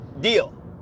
deal